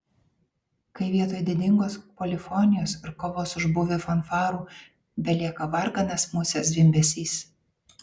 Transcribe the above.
kai vietoj didingos polifonijos ir kovos už būvį fanfarų belieka varganas musės zvimbesys